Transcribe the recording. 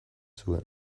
zuen